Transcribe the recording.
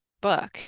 book